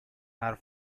are